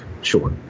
sure